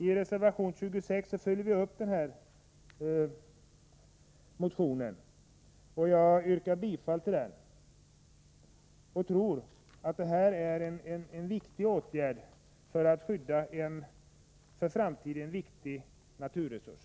I reservation nr 26 följer vi upp motion nr 2341. Jag yrkar bifall till denna reservation. Jag tror att vi i den föreslår en betydelsefull åtgärd för att skydda en för framtiden viktig naturresurs.